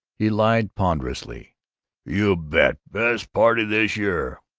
he lied ponderously you bet! best party this year,